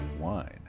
wine